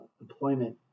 employment